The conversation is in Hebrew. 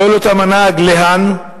שואל אותם הנהג: לאן?